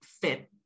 fit